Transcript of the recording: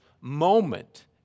moment